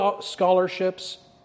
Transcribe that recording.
scholarships